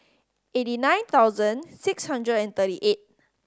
eighty nine thousand six hundred and thirty eight